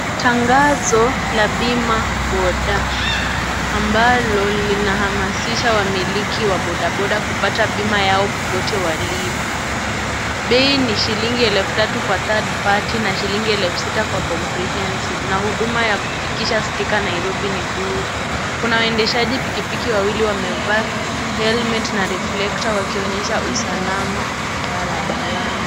Tangazo la Bima boda ambalo linahamasisha wamiliki wa boda boda kupata bima yao popote walipo. Bei ni shilingi elfu tatu kwa Third party na shilingi elfu sita kwa comprehensive na huduma ya kufikisha sticker Nairobi ni bure. Kuna waendeshaji pikipiki wawili wamevaa helmet na reflector wakionyesha usalama barabarani.